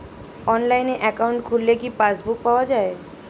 অনলাইনে একাউন্ট খুললে কি পাসবুক পাওয়া যায়?